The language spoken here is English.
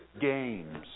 games